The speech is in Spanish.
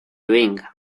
venga